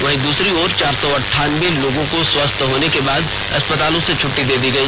वहीं दूसरी ओर चार सौ अंठानबे लोगों को स्वस्थ होने के बाद अस्पतालों से छटटी दे दी गई